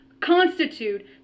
constitute